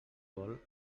vol